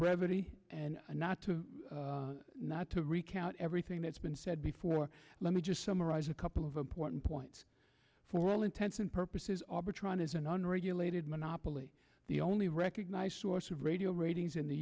brevity and not to not to recount everything that's been said before let me just summarize a couple of important points for all intents and purposes arbitron is an unregulated monopoly the only recognized source of radio ratings in the